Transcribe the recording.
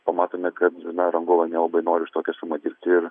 pamatome kad na rangovai nelabai nori už tokią sumą dirbti ir